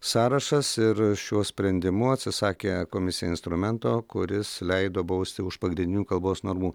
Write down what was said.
sąrašas ir šiuo sprendimu atsisakė komisija instrumento kuris leido bausti už pagrindinių kalbos normų